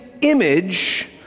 image